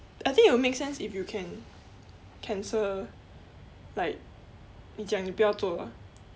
I think it will make sense if you can cancel like 你讲你不要住了